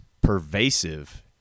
pervasive